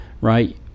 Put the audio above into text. right